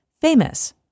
famous